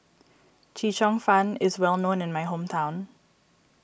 Chee Cheong Fun is well known in my hometown